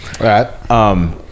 right